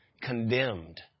condemned